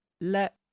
let